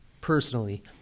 personally